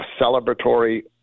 celebratory